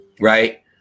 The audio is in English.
Right